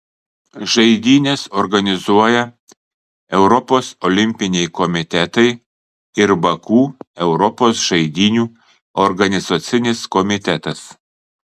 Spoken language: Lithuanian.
žaidynes organizuoja europos olimpiniai komitetai ir baku europos žaidynių organizacinis komitetas